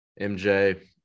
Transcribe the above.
MJ